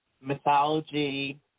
mythology